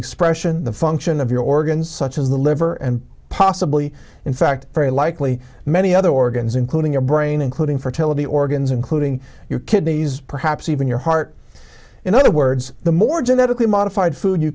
expression the function of your organs such as the liver and possibly in fact very likely many other organs including your brain including fertility organs including your kidneys perhaps even your heart in other words the more genetically modified food you